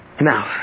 Now